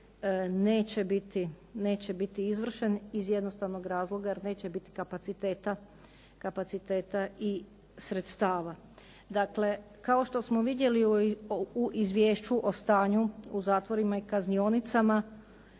neće biti izvršen iz jednostavnog razloga jer neće biti kapaciteta i sredstava. Dakle, kao što smo vidjeli u Izvješću o stanju u zatvorima i kaznionicama